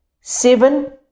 seven